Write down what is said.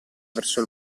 verso